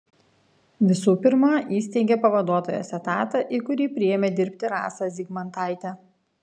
visų pirma įsteigė pavaduotojos etatą į kurį priėmė dirbti rasą zygmantaitę